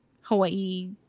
Hawaii